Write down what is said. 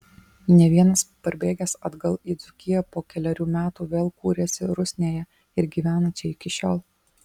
ne vienas parbėgęs atgal į dzūkiją po kelerių metų vėl kūrėsi rusnėje ir gyvena čia iki šiol